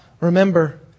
remember